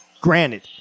Granted